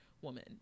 woman